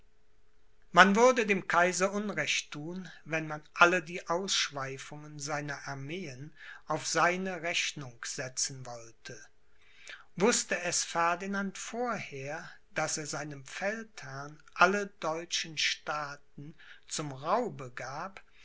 man würde dem kaiser unrecht thun wenn man alle die ausschweifungen seiner armeen auf seine rechnung setzen wollte wußte es ferdinand vorher daß er seinem feldherrn alle deutschen staaten zum raube gab